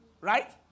right